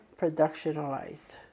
productionalized